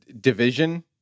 Division